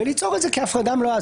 וליצור הפרדה מלאה.